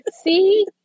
see